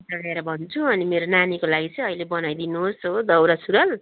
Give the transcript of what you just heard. लिएर भन्छु अनि मेरो नानीको लागि चाहिँ अहिले बनाइदिनु होस् हो दौरा सुरुवाल